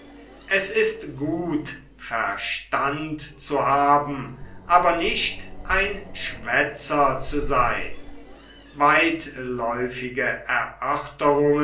es ist gut verstand zu haben aber nicht ein schwätzer zu seyn weitläufige